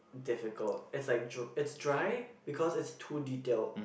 difficult is like dr~ is dry because is too detailed